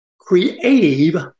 Creative